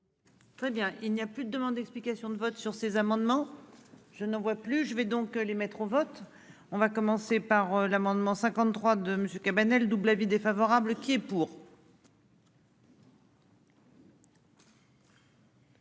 Très bien, il n'y a plus de demandes d'explications de vote sur ces amendements. Je ne vois plus, je vais donc les mettre au vote. On va commencer par l'amendement 53 de monsieur Cabanel double avis défavorable qui est pour.